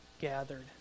gathered